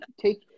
take